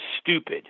stupid